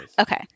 okay